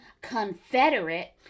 Confederate